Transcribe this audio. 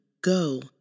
go